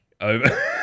over